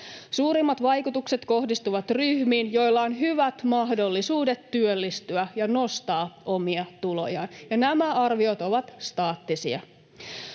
Suurimmat vaikutukset kohdistuvat ryhmiin, [Aki Lindénin välihuuto] joilla on hyvät mahdollisuudet työllistyä ja nostaa omia tulojaan. Nämä arviot ovat staattisia.